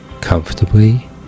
comfortably